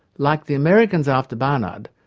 like the americans after barnard,